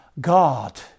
God